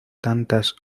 tantas